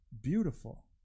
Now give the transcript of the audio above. beautiful